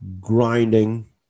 grinding